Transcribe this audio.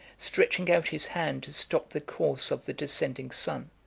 stretching out his hand to stop the course of the descending sun.